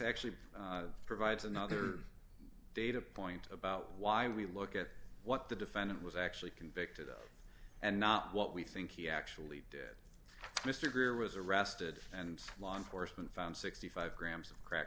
actually provides another data point about why when we look at what the defendant was actually convicted of and not what we think he actually did mr greer was arrested and law enforcement found sixty five grams of crack